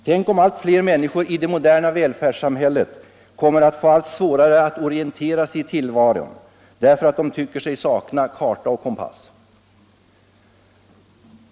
Tänk om allt fler människor i det moderna välfärdssamhället kommer att få allt svårare att orientera sig i tillvaron därför att de tycker sig sakna karta och kompass.